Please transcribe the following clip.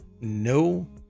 no